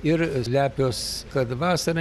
ir lepios kad vasarą